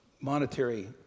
monetary